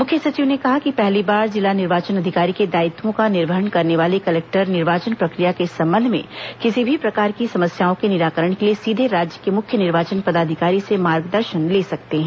मुख्य सचिव ने कहा कि पहली बार जिला निर्वाचन अधिकारी के दायित्वों का निर्वहन करने वाले कलेक्टर निर्वाचन प्रक्रिया के संबंध में किसी भी प्रकार की समस्याओं के निराकरण के लिए सीधे राज्य के मुख्य निर्वाचन पदाधिकारी से मार्गदर्शन ले सकते हैं